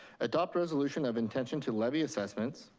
adopt resolution of intention to levy assessments,